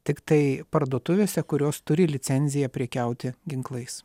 tiktai parduotuvėse kurios turi licenziją prekiauti ginklais